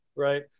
Right